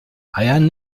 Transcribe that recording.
eiern